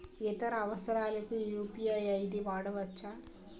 ఇతర అవసరాలకు UPI ID వాడవచ్చా?